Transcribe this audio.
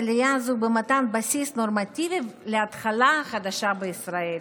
העלייה הזו במתן בסיס נורמטיבי להתחלה חדשה בישראל: